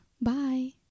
Bye